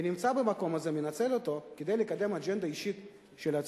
ונמצא במקום הזה ומנצל אותו כדי לקדם אג'נדה אישית של עצמו.